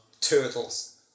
turtles